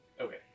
Okay